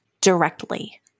directly